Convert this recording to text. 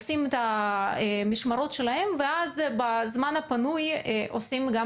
עושים את המשמרות שלהם ואז בזמן הפנוי עושים גם